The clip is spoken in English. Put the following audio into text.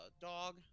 dog